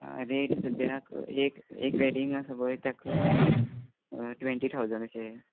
rate सद्द्याक एक एक वॅडींग आसा पळय तेक ट्वँटी ठावजण अशे